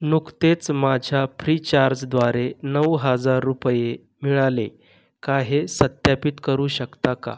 नुकतेच माझ्या फ्रीचार्जद्वारे नऊ हजार रुपये मिळाले का हे सत्यापित करू शकता का